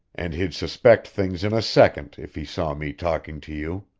and he'd suspect things in a second if he saw me talking to you.